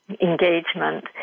engagement